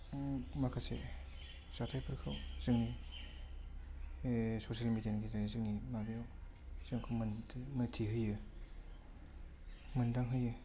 माखासे जाथायफोरखौ जोंनि ससियेल मिडियानि गेजेरजों जोंनि माबायाव जोंखौ मिन्थि मिन्थिहोयो मोन्दांहोयो